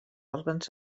òrgans